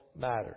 matters